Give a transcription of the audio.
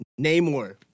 Namor